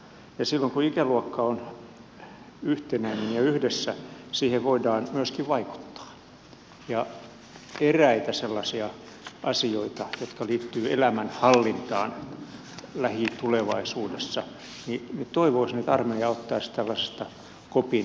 ja silloin kun ikäluokka on yhtenäinen yhdessä siihen voidaan myöskin vaikuttaa ja mitä tulee eräisiin sellaisiin asioihin jotka liittyvät elämänhallintaan lähitulevaisuudessa minä toivoisin että armeija ottaisi tällaisesta kopin